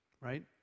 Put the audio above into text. right